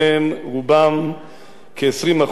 כ-20% מתושבי תל-אביב היום,